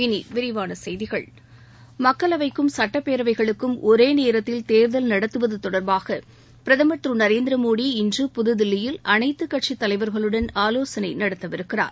இனி விரிவான செய்திகள் மக்களவைக்கும் சுட்டப்பேரவைகளுக்கும் ஒரே நேரத்தில் தேர்தல் நடத்துவது தொடர்பாக பிரதமா் திரு நரேந்திர மோடி இன்று புதுதில்லியில் அளைத்து அரசியல் கட்சித் தலைவா்களுடன் ஆலோசனை நடத்தவிருக்கிறார்